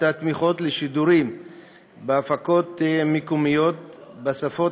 התמיכות לשידורים בהפקות מקומיות בשפות